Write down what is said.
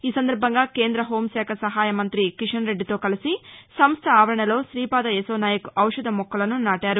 ఈ సందర్బంగా కేంద్ర హెూం శాఖ సహాయ మంత్రి కిషన్ రెడ్డితో కలసి సంస్ద ఆవరణలో తీపాద యశోనాయక్ ఔషధ మొక్కలను నాటారు